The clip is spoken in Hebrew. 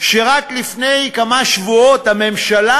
שרק לפני כמה שבועות הממשלה